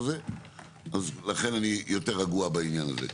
אז לכן אני יותר רגוע בעניין הזה.